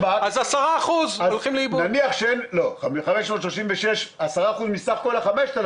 20%. 10% מסך כל ה-5,000.